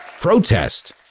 Protest